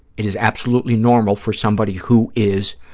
it is absolutely normal for somebody who is